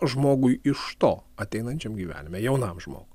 žmogui iš to ateinančiam gyvenime jaunam žmogui